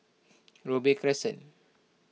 Robey Crescent